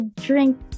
drink